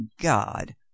God